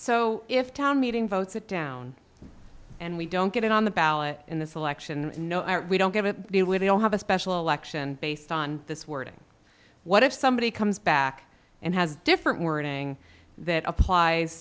so if town meeting votes it down and we don't get it on the ballot in this election no we don't give it the way they don't have a special election based on this wording what if somebody comes back and has different wording that applies